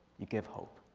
you give hope.